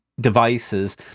devices